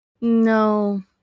No